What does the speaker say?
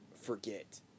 forget